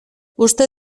uste